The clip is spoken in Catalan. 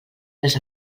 les